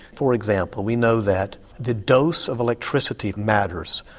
for example we know that the dose of electricity matters.